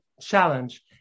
challenge